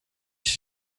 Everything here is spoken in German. ich